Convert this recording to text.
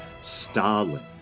Stalin